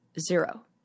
Zero